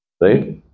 right